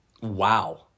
Wow